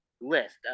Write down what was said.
list